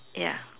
ya